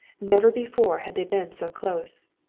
never before had they been so close.